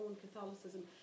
Catholicism